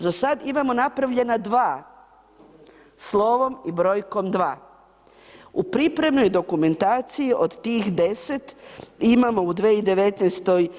Za sad imamo napravljena 2 slovom i brojkom 2, u pripremnoj dokumentaciji od tih 10 imamo u 2019.